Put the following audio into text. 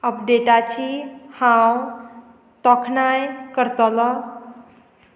अपडेटाची हांव तोखणाय करतलो